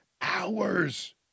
hours